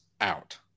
out